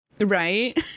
Right